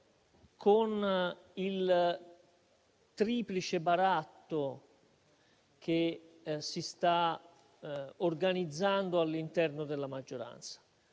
con il triplice baratto che si sta organizzando all'interno della maggioranza;